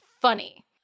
funny